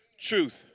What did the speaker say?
truth